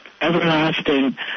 everlasting